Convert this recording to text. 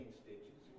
stitches